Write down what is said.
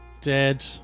dead